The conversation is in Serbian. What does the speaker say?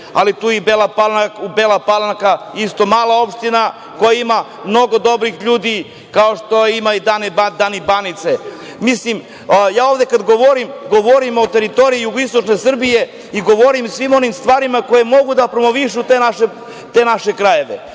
ali tu je i Bela Palanka, isto mala opština, koja ima mnogo dobrih ljudi, kao što ima i Dani Banice. Kada ovde govorim, govorim o teritoriji jugoistočne Srbije i govorim o svim onim stvarima koje mogu da promovišu te naše krajeve